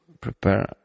prepare